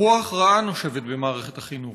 רוח רעה נושבת במערכת החינוך.